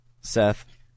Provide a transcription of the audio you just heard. Seth